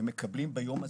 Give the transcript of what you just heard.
ומקבלים ביום הזה,